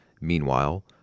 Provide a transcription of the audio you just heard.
Meanwhile